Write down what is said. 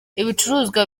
ibicuruzwa